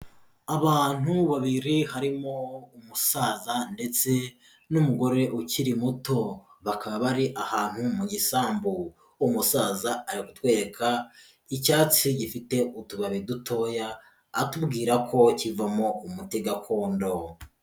Abantu babiri harimo umusaza ndetse n'umugore ukiri muto, bakaba bari ahantu mu gisambu, umusaza ari kutwereka icyatsi gifite utubari dutoya, atubwira ko kivamo umuti gakondo.